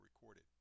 recorded